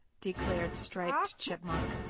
declared striped chipmunk.